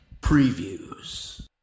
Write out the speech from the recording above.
Previews